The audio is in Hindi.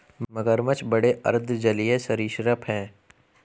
मगरमच्छ बड़े अर्ध जलीय सरीसृप हैं